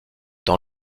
dans